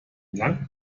langt